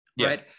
right